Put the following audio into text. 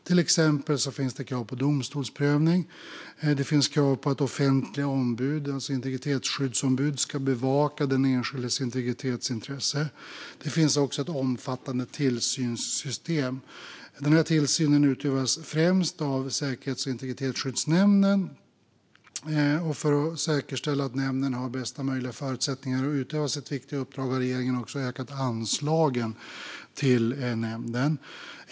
Till exempel finns det krav på domstolsprövning och även krav på att offentliga integritetsskyddsombud ska bevaka den enskildes integritetsintresse. Det finns också ett omfattande tillsynssystem. Tillsynen utövas främst av Säkerhets och integritetsskyddsnämnden. För att säkerställa att nämnden har bästa möjliga förutsättningar att utöva sitt viktiga uppdrag har regeringen också ökat anslagen till nämnden.